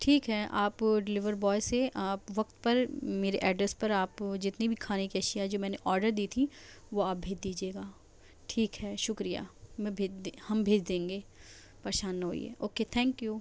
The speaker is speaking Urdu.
ٹھیک ہے آپ ڈلیور بوائے سے آپ وقت پر میرے ایڈریس پر آپ جتنی بھی کھانے کی اشیا جو میں نے آڈر دی تھی وہ آپ بھیج دیجیے گا ٹھیک ہے شکریہ میں بھیج دے ہم بھیج دیں گے پریشان نہ ہوئیے اوکے تھینک یو